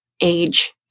age